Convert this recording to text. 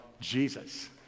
Jesus